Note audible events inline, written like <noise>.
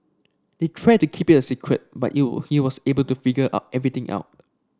they tried to keep it a secret but he <unintelligible> he was able to figure out everything out